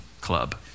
club